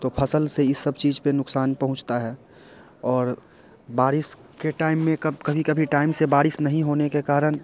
तो फ़सल से इन सब चीज़ों पर नुक़सान पहुँचता है और बारिश के टाइम में कब कभी कभी टाइम से बारिश नहीं होने के कारण